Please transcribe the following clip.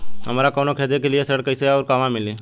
हमरा कवनो खेती के लिये ऋण कइसे अउर कहवा मिली?